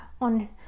on